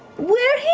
we're here!